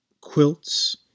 quilts